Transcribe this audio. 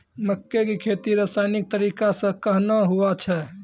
मक्के की खेती रसायनिक तरीका से कहना हुआ छ?